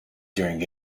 during